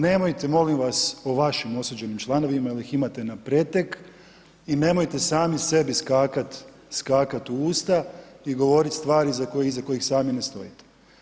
Nemojte molim vas, po vašem osuđenim članovima, jer ih imate na pretek i nemojte sami sebi skakati u usta i govoriti stvari iza kojih sami ne stojite.